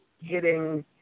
hitting